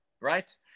right